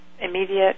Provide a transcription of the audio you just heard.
immediate